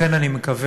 לכן אני מקווה